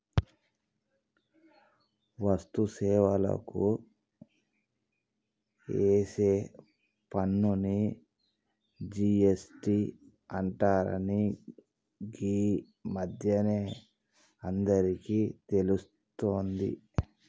వస్తు సేవలకు ఏసే పన్నుని జి.ఎస్.టి అంటరని గీ మధ్యనే అందరికీ తెలుస్తాంది